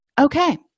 Okay